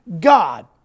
God